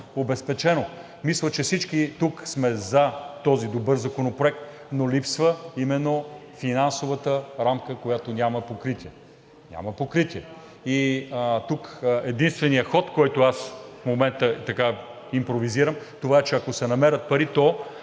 обезпечено. Мисля, че всички тук сме за този добър законопроект, но липсва именно финансовата рамка, която няма покритие. Тук единственият ход, който в момента импровизирам, е това, че ако се намерят пари, то